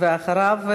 ואחריו,